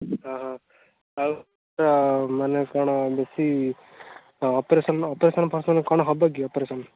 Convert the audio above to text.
ଆ ହା ଆଉ ତ ମାନେ କ'ଣ ବେଶୀ ଅପରେସନ୍ ଅପରେସନ୍ ଫସନ କ'ଣ ହବ କି ଅପରେସନ୍